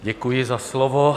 Děkuji za slovo.